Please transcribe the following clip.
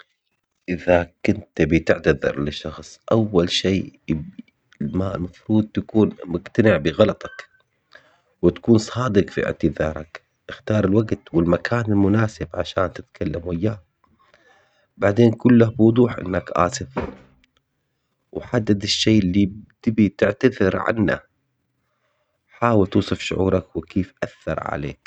إذا كنت تبي تعتذر لشخص أول شي يق- ما المفروض تكون مقتنع بغلطك وتكون صادق في اعتذارك، اختار الوقت والمكان المناسب عشان تتكلم وياه، بعدين قول له بوضوح إنك آسف وحدد الشي اللي تبي تعتذر عنه، حاول توصف شعورك وكيف أثر عليك.